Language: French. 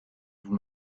vous